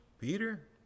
Peter